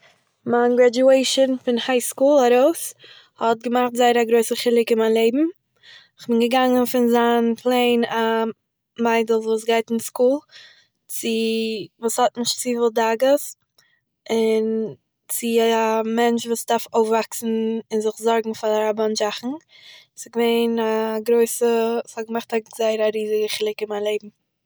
מיין גרעדזשועישן פון הייסקול ארויס האט געמאכט זייער א גרויסע חילוק אין מיין לעבן, איך בין געגאנגען פון זיין א פלעין מיידל וואס גייט אין סקול צו, וואס האט נישט צופיל דאגות, און צו א מענטש וואס דארף אויסוואקסן און זיך זארגן פאר א באנטש זאכן. ס'געווען א גרויסע- ס'האט געמאכט א זייער גרויסע חילוק אין מיין לעבן